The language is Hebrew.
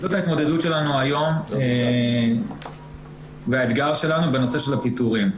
זאת ההתמודדות שלנו היום והאתגר שלנו בנושא של הפיטורים.